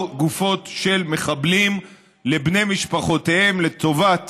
גופות של מחבלים לבני משפחותיהם לטובת